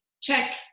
check